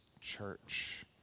church